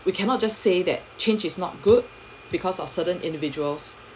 we cannot just say that change is not good because of certain individuals